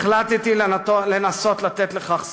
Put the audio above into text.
החלטתי לנסות לתת לכך סיכוי.